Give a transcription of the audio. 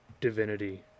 divinity